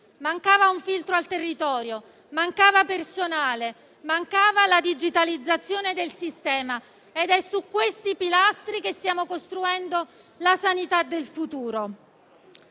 mancava un filtro al territorio, mancava personale, mancava la digitalizzazione del sistema ed è su questi pilastri che stiamo costruendo la sanità del futuro.